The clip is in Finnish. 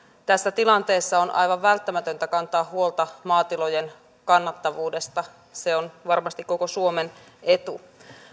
tässä tilanteessa on aivan välttämätöntä kantaa huolta maatilojen kannattavuudesta se on varmasti koko suomen etu